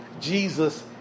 Jesus